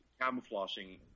camouflaging